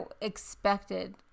expected